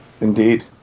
Indeed